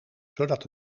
zodat